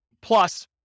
plus